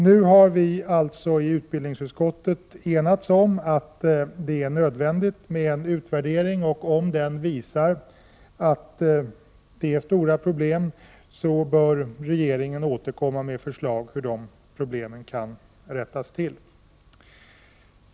Nu har vi alltså i utbildningsutskottet enats om att det är nödvändigt med en utvärdering, och om denna visar att det är stora problem bör regeringen återkomma med förslag om hur dessa kan rättas till.